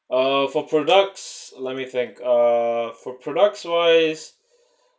uh for products let me think uh for products wise